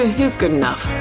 ah good enough.